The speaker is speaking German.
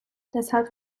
deshalb